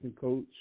coach